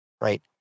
right